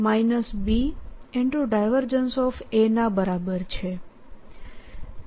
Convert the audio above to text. A ના બરાબર છે